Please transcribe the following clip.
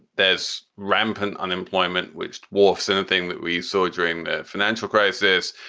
there's rampant unemployment, which dwarfs anything that we saw during the financial crisis.